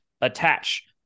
attach